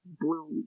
blue